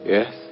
Yes